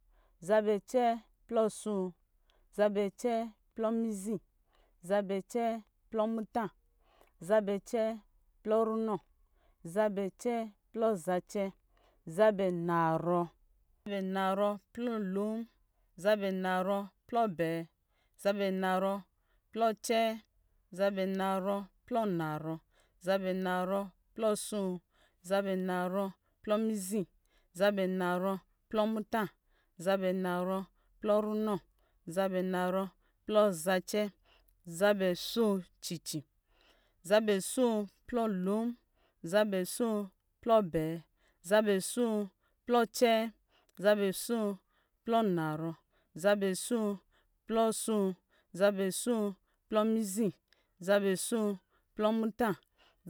Zabɛ cɛɛ plɔ aso, zabɛ cɛɛ plɔ mizi, zabɛ cɛɛ plɔ muta, zabɛ cɛɛ plɔ runɔ, zabɛ cɛɛ plɔ zace, zabɛ naarɔ, zabɛ naarɔ plɔ lo, zabɛ naarɔ plɔ abɛɛ, zabɛ naarɔ plɔ acɛɛ, zabɛ naarɔ plɔ anaarɔ, zabɛ naarɔ plɔ aso, zabɛ naarɔ plɔ mizi, zabɛ naarɔ plɔ muta, zabɛ naarɔ plɔ runɔ, zabɛ naarɔ plɔ zacɛ, zabɛ aso cɛɛ, zabɛ so plɔ lo, zabɛ so plɔ abɛɛ, zabɛ so plɔ acɛɛ, zabɛ so plɔ anaarɔ, zabɛ so plɔ aso, zabɛ so plɔ mizi, zabɛ so plɔ muta,